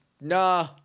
nah